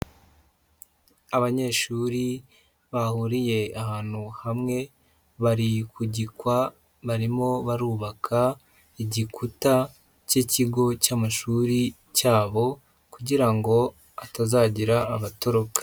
Abanyeshuri bahuriye ahantu hamwe, bari ku gikwa, barimo barubaka igikuta cy'ikigo cy'amashuri cyabo kugira ngo hatazagira abatoroka.